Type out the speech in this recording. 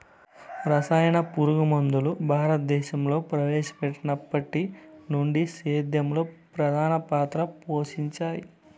రసాయన పురుగుమందులు భారతదేశంలో ప్రవేశపెట్టినప్పటి నుండి సేద్యంలో ప్రధాన పాత్ర పోషించాయి